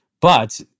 But-